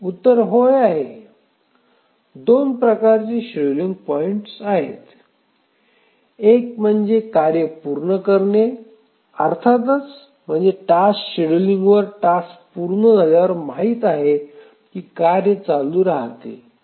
उत्तर होय आहे दोन प्रकारचे शेड्यूलिंग पॉईंट्स आहेत एक म्हणजे कार्य पूर्ण करणे अर्थातच म्हणजे टास्क शेड्यूलिंगवर टास्क पूर्ण झाल्यावर माहित आहे की कार्य चालू रहाते